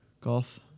Golf